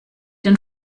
den